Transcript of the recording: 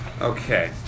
Okay